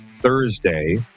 Thursday